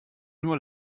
nur